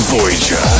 Voyager